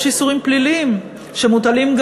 יש איסורים פליליים שמוטלים,